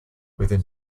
within